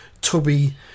tubby